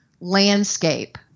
landscape